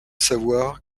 savoir